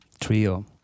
trio